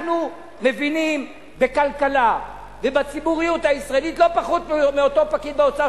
אנחנו מבינים בכלכלה ובציבוריות הישראלית לא פחות מאותו פקיד באוצר,